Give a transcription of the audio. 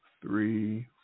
three